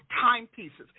timepieces